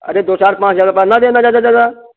अरे दो चार पाँच हज़ार रुप्या ना देना ज़्यादा से ज़्यादा